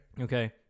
Okay